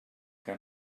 que